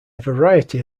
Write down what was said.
variety